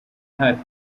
hafi